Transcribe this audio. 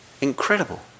incredible